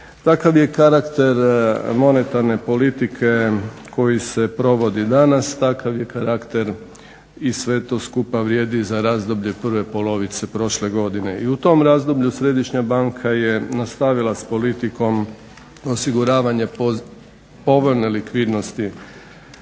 Takav je karakter monetarne politike koji se provodi danas, takav je karakter i sve to skupa vrijedi za razdoblje prve polovice prošle godine. I u tom razdoblju Središnja banka je nastavila s politikom osiguravanja povoljne likvidnosti